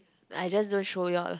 I just don't show you all